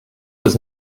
does